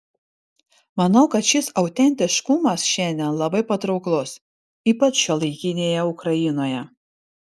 manau kad šis autentiškumas šiandien labai patrauklus ypač šiuolaikinėje ukrainoje